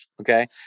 Okay